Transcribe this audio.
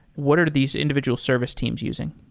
what are these individual service teams using?